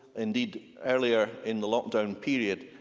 indeed, earlier in the lockdown period,